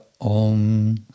om